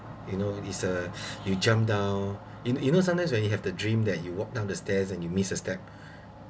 you know is uh you jump down you know you know sometimes when you have the dream that you walk down the stairs and you miss a step